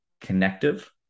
connective